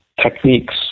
techniques